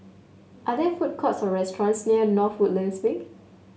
are there food courts or restaurants near North Woodlands Way